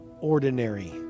ordinary